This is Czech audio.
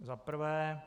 Za prvé.